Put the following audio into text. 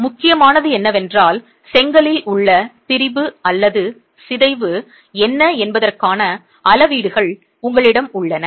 எனவே முக்கியமானது என்னவென்றால் செங்கலில் உள்ள திரிபு அல்லது சிதைவு என்ன என்பதற்கான அளவீடுகள் உங்களிடம் உள்ளன